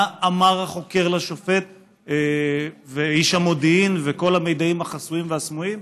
מה אמר החוקר לשופט ואיש המודיעין וכל המידעים החסויים והסמויים,